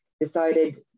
decided